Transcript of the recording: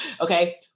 Okay